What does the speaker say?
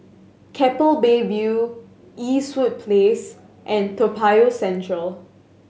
Keppel Bay View Eastwood Place and Toa Payoh Central